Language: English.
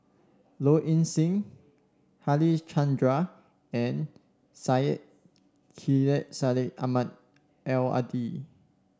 Low Ing Sing Harichandra and Syed Sheikh Syed Ahmad Al Hadi